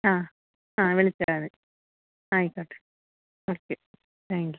ആ ആ വിളിച്ചാൽ മതി ആയിക്കോട്ടെ ഓക്കേ താങ്ക് യു